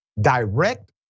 direct